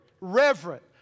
reverent